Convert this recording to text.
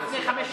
לפני חמש שנים,